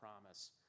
promise